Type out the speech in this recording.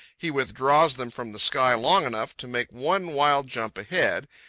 he withdraws them from the sky long enough to make one wild jump ahead,